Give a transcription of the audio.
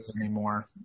anymore